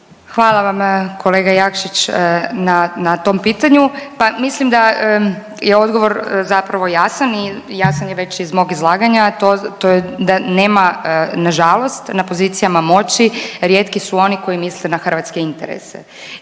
Hvala vam kolega Jakšić na, na tom pitanju. Pa mislim da je odgovor zapravo jasan i jasan je već iz mog izlaganja, a to, to je da nema, nažalost na pozicijama moći rijetki su oni koji misle na hrvatske interese